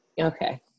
Okay